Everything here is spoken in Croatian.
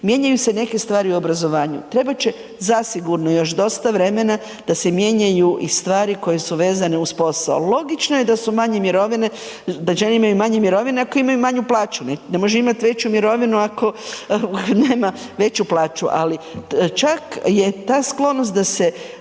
mijenjaju se neke stvari i u obrazovanju, trebat će zasigurno još dosta vremena da se mijenjaju i stvari koje su vezane uz posao. Logično je da su manje mirovine, da žene imaju manje mirovine ako imaju manju plaću ne, ne može imat veću mirovinu ako nema veću plaću, ali čak je ta sklonost da se